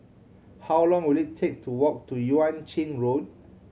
how long will it take to walk to Yuan Ching Road